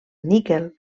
níquel